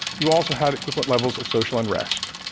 you also had equivalent levels of social unrest.